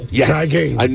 Yes